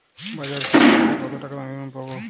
বাজাজ ফিন্সেরভ থেকে কতো টাকা ঋণ আমি পাবো?